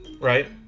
right